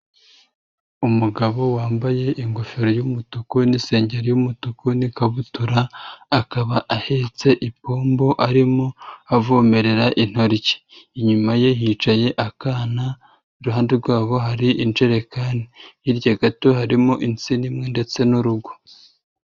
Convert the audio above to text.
Umugabo wambaye ingofero y'umutuku n'isengeri y'umutuku n'ikabutura, akaba ahetse ipombo arimo avomerera intoryi, inyuma ye hicaye akana, iruhande rwabo hari injerekani, hirya gato harimo insina imwe ndetse n'urugo.